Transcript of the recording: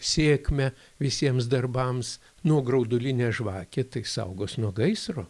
sėkmę visiems darbams nu o graudulinė žvakė tai saugos nuo gaisro